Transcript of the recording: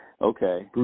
Okay